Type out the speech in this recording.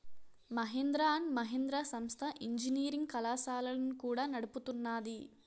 Mahindra and Mahindra సంస్థ engineering కళాశాలలను కూడా నడుపుతున్నాది